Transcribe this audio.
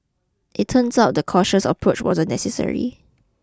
it turns out the cautious approach wasn't necessary